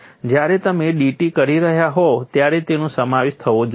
જ્યારે તમે DT કરી રહ્યા હોવ ત્યારે તેનો સમાવેશ થવો જોઈએ